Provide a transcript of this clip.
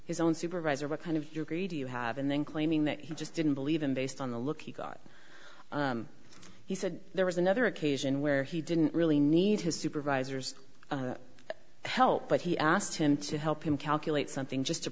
his own supervisor what kind of your grade you have and then claiming that he just didn't believe him based on the look he got he said there was another occasion where he didn't really need his supervisors help but he asked him to help him calculate something just to